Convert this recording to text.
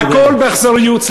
הכול באכזריות.